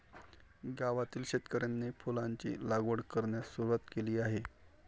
गावातील शेतकऱ्यांनी फुलांची लागवड करण्यास सुरवात केली आहे